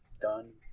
done